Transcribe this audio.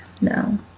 No